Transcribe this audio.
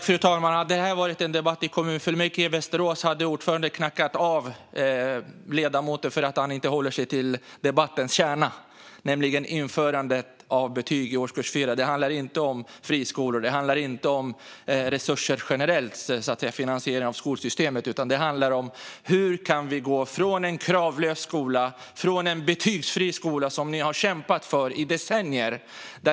Fru talman! Hade det här varit en debatt i kommunfullmäktige i Västerås hade ordföranden knackat av ledamoten för att han inte höll sig till debattens kärna, nämligen införandet av betyg i årskurs 4. Detta handlar inte om friskolor, om resurser generellt eller om finansiering av skolsystemet, utan det handlar om hur vi kan gå från en kravlös skola och från en betygsfri skola, som ni har kämpat för i decennier.